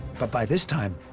but by this time,